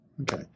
Okay